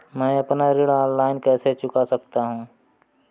मैं अपना ऋण ऑनलाइन कैसे चुका सकता हूँ?